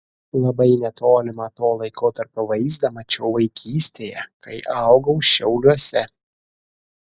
labai netolimą to laikotarpio vaizdą mačiau vaikystėje kai augau šiauliuose